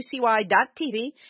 UCY.tv